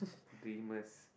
dreamers